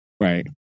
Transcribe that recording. Right